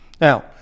Now